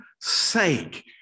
sake